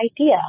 idea